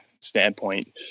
standpoint